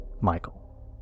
Michael